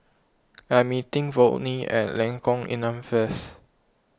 I am meeting Volney at Lengkong Enam first